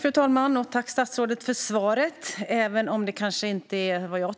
Fru talman! Jag tackar statsrådet för svaret, även om jag kanske inte tycker att det var